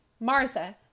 Martha